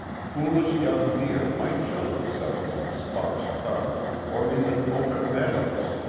foolish young deer might show themselves in sparse cover or even open meadows,